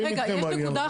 הולכים אתכם בעניין הזה.